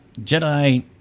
Jedi